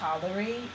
tolerate